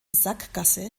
sackgasse